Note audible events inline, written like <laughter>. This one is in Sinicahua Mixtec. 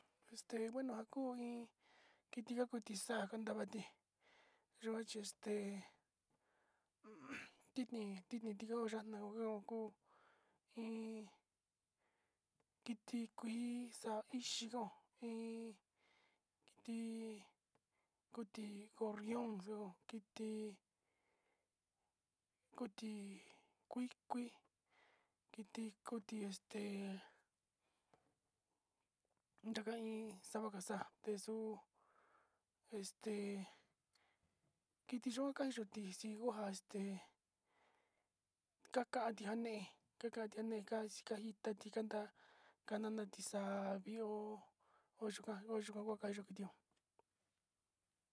Este bueno njakuu iin kiti nga kuti xa'a kan ndavati té yuachexté <noise> tidni tidni tio yanda kio oko iin kiti kuix xa' ichindo, iin kiti kuti gorrion xo'o kiti koti kui kui, kiti kuti este ndaka iin xaka kaxa'a kexuu este kit yuu kaxuu tixí onja este kakanti njaneí kakati njaneí ka'a xitati kanda kananati xa'a avio ho yikuan ho yikuan huakayu kitión.